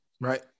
Right